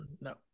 No